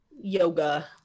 Yoga